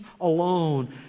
alone